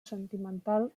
sentimental